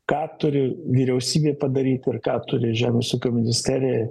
ką turi vyriausybė padaryt ir ką turi žemės ūkio ministerija